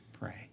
pray